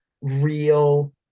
real